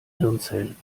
hirnzellen